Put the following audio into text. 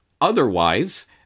Otherwise